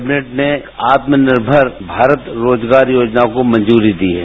cabinet ने आत्मनिर्मर भारत रोजगार योजना को मंजूरी दी है